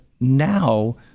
now